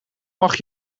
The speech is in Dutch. mag